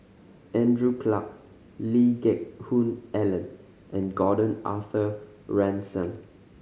Andrew Clarke Lee Geck Hoon Ellen and Gordon Arthur Ransome